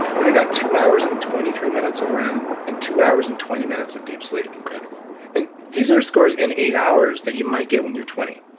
but i got two hours and twenty three minutes of rem, and two hours and twenty minutes of deep sleep incredible and these are scores in eight hours that you might get when you're twenty.